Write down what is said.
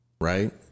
Right